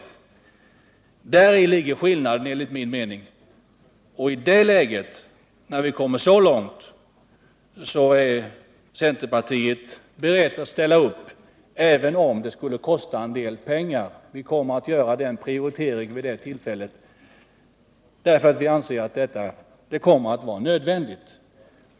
Däri ligger skillnaden enligt min mening. När vi kommit så långt är centerpartiet berett att ställa upp, även om det skulle kosta en del pengar. Den prioriteringen kommer vi att göra, därför att vi anser att det kommer att bli nödvändigt.